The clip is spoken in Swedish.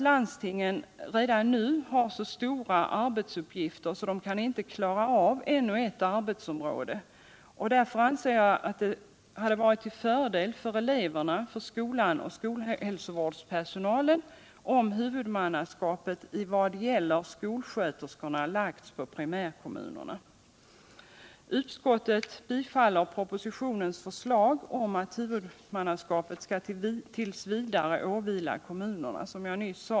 Landstingen har redan nu så stora uppgifter att de inte kan klara av ännu ett arbetsområde, och därför anser jag att det hade varit till fördel för eleverna, för skolan och för skolhälsovårdspersonalen, om huvudmannaskapet i vad gäller skolsköterskorna lagts på primärkommunerna. Utskottet tillstyrker propositionens förslag om att huvudmannaskapet tills vidare skall åvila kommunerna!